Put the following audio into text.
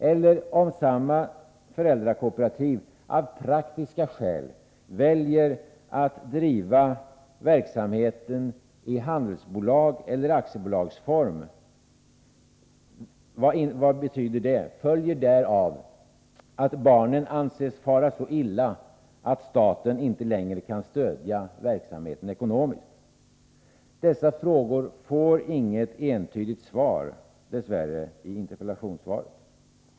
Eller vad betyder det om samma föräldrakooperativ av praktiska skäl väljer att driva verksamheten i handelsbolagseller aktiebolagsform? Följer därav att barnen anses fara så illa att staten inte längre kan stödja verksamheten ekonomiskt? Dessa frågor får dess värre inget entydigt svar i interpellationssvaret.